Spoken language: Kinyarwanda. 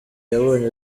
yabonye